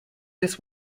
this